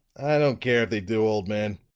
i don't care if they do, old man.